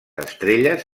estrelles